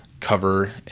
cover